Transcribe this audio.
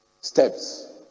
Steps